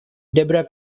debra